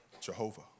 Jehovah